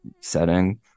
setting